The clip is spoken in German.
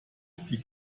die